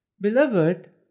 Beloved